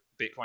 Bitcoin